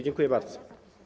Dziękuję bardzo.